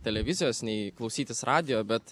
televizijos nei klausytis radijo bet